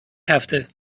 هفته